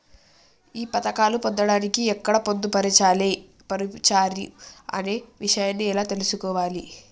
ఈ పథకాలు పొందడానికి ఎక్కడ పొందుపరిచారు అనే విషయాన్ని ఎలా తెలుసుకోవాలి?